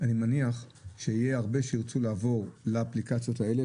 אני מניח שיהיו הרבה שירצו לעבור לאפליקציות האלה.